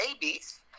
babies